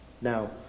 Now